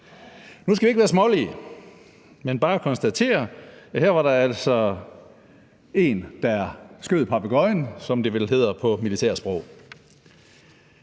Nu skal vi ikke være smålige, men bare konstatere, at her var der altså en, der skød papegøjen, som det vel hedder på militærsprog.